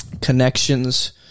connections